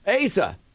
Asa